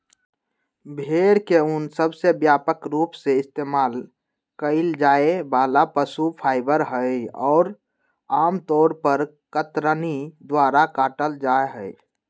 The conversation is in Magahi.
भेड़ के ऊन सबसे व्यापक रूप से इस्तेमाल कइल जाये वाला पशु फाइबर हई, और आमतौर पर कतरनी द्वारा काटल जाहई